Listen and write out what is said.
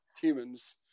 humans